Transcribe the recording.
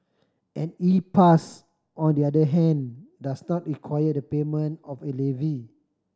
an E Pass on the other hand does not require the payment of a levy